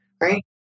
Right